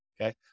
Okay